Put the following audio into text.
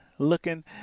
Looking